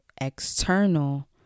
external